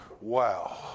wow